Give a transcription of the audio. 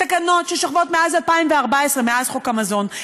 תקנות ששוכבות מאז 2014, מאז חקיקת חוק המזון.